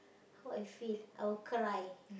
how I feel I will cry